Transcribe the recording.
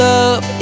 Love